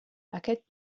aquest